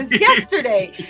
yesterday